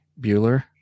Bueller